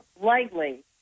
lightly